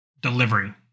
delivery